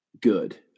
good